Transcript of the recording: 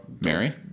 Mary